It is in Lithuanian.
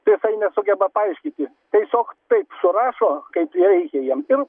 jisai nesugeba paaiškyti tiesiog taip surašo kaip reikia jiem ir